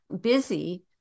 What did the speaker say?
busy